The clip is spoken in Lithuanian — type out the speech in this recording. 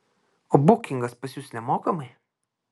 o bukingas pas jus nemokamai